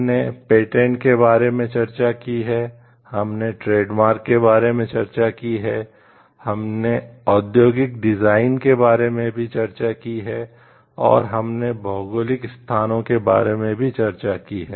हमने पेटेंट के बारे में चर्चा की है और हमने भौगोलिक स्थानों के बारे में चर्चा की है